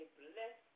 bless